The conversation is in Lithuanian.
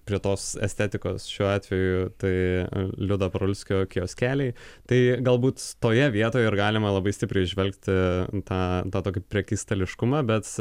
prie tos estetikos šiuo atveju tai liudo parulskio kioskeliai tai galbūt toje vietoje ir galima labai stipriai įžvelgti tą tą tokį prekystališkumą bet